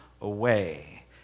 away